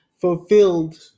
fulfilled